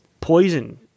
poison